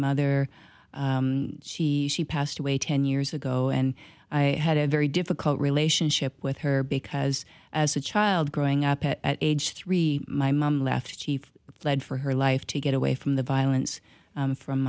mother she passed away ten years ago and i had a very difficult relationship with her because as a child growing up at age three my mom left chief fled for her life to get away from the violence from